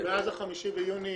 מאז ה-5 ביוני,